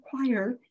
require